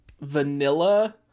vanilla